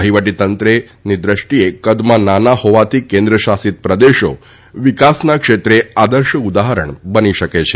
વહીવટી દ્રષ્ટિએ કદમાં નાના હોવાથી કેન્દ્રશાસિત પ્રદેશો વિકાસના ક્ષેત્રે આદર્શ ઉદાહરણ બની શકે છે